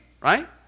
right